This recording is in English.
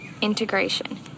integration